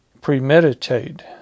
premeditate